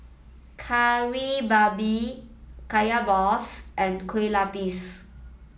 Kari Babi Kaya Balls and Kue Lupis